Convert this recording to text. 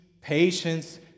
patience